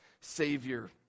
Savior